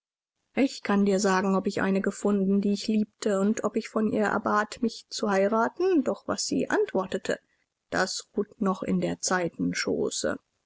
ich kann dir sagen ob ich eine gefunden die ich liebte und ob ich von ihr erbat mich zu heiraten doch was sie antwortete das ruht noch in der zeiten schoße